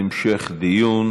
המשך דיון.